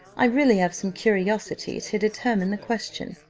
i really have some curiosity to determine the question.